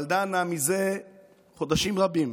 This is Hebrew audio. אבל דנה זה חודשים רבים